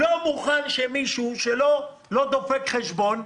אני לא מוכן שמישהו שלא דופק חשבון,